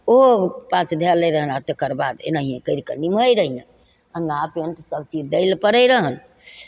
ओ पाछ धेले रहनि आओर तकर बाद एनाहिए करिके निमहै रहिअनि अङ्गा पैन्ट सबचीज दै ले पड़ै रहनि